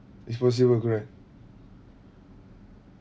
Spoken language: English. it's possible correct